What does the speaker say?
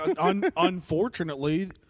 unfortunately